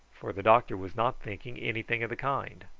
for the doctor was not thinking anything of the kind.